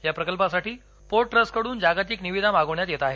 या प्रकल्पासाठी port trust जागतिक निविदा मागवण्यात येत आहेत